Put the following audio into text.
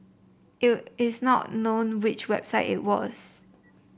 it's not known which website it was